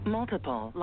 Multiple